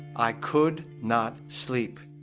i could not sleep.